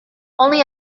only